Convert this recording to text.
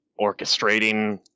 orchestrating